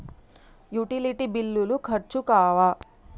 Utility బిల్లులు ఖర్చు కావా?